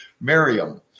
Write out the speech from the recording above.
Miriam